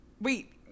Wait